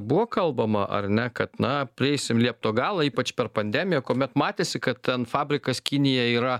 buvo kalbama ar ne kad na prieisim liepto galą ypač per pandemiją kuomet matėsi kad ten fabrikas kinija yra